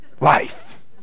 life